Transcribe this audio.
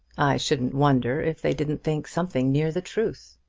i shouldn't wonder if they didn't think something near the truth.